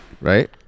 Right